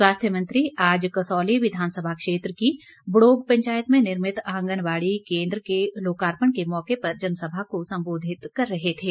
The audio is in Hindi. स्वास्थ्य मंत्री आज कसौली विधानसभा क्षेत्र की बड़ोग पंचायत में निर्मित आंगनबाड़ी केन्द्र के लोकार्पण के मौके पर जनसभा को संबोधित कर रहे थे